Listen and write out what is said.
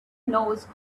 knows